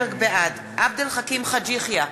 בעד עבד אל חכים חאג' יחיא,